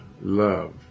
love